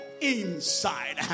inside